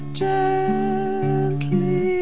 gently